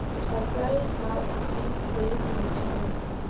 फसल का चीज से सुरक्षित रहता है?